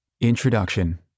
Introduction